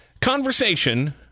conversation